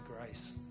grace